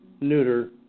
neuter